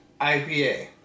IPA